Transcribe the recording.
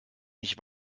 nicht